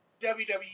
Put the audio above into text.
WWE